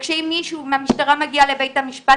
אם מישהו מהמשטרה מגיע לבית המשפט,